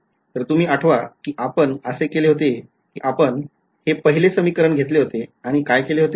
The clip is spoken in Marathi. तर तुम्ही आठवा कि आपण असे केले होते कि आपण हे पहिले समीकरण घेतले होते आणि काय केले होते